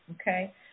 okay